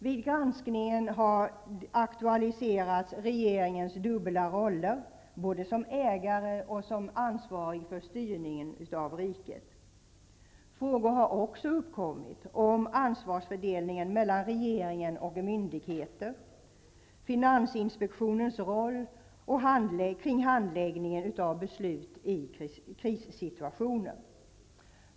Vid granskningen har regeringens dubbla roller aktualiserats, både som ägare och som ansvarig för styrningen av riket. Frågor har också uppkommit angående ansvarsfördelningen mellan regeringen och myndigheter, finansinspektionens roll samt om handläggningen av beslut i krissituationer.